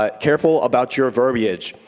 ah careful about your verbiage.